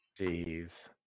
Jeez